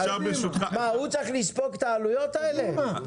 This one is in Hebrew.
מה הוא צריך לספוג את העלויות האלה?